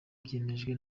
byemejwe